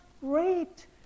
great